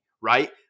right